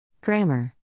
Grammar